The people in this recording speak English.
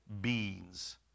beings